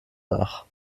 nach